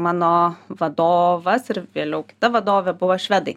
mano vadovas ir vėliau kita vadovė buvo švedai